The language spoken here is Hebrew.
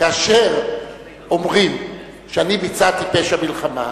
כאשר אומרים שאני ביצעתי פשע מלחמה,